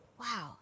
Wow